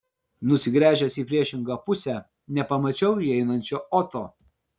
nusigręžęs į priešingą pusę nepamačiau įeinančio oto